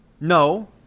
No